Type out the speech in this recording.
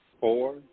four